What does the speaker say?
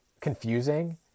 confusing